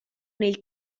nel